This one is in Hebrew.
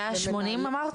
בעצם